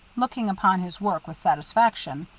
looking upon his work with satisfaction.